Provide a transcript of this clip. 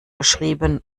geschrieben